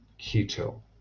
keto